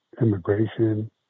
immigration